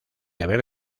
haber